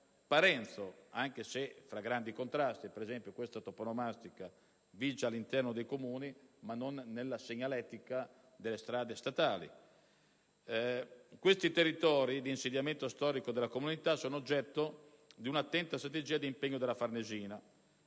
Parenzo), anche se tra grandi contrasti. Ad esempio, la toponomastica bilingue vige all'interno dei comuni, ma non nella segnaletica delle strade statali. I territori di insediamento storico della comunità italiana sono oggetto di una attenta strategia di impegno della Farnesina.